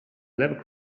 level